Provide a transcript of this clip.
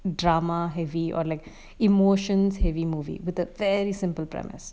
drama heavy or like emotions heavy movie with a very simple premise